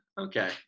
okay